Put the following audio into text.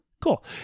cool